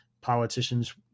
politicians